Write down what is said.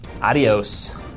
Adios